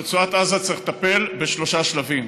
ברצועת עזה צריך לטפל בשלושה שלבים.